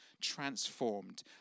transformed